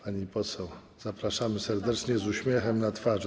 Pani poseł, zapraszam serdecznie, z uśmiechem na twarzy.